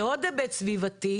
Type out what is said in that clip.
ועוד היבט סביבתי,